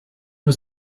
was